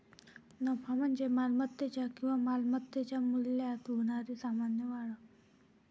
नफा म्हणजे मालमत्तेच्या किंवा मालमत्तेच्या मूल्यात होणारी सामान्य वाढ